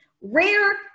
rare